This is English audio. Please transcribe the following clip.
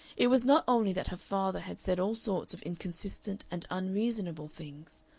it was not only that her father had said all sorts of inconsistent and unreasonable things,